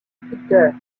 sculpteur